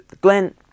Glenn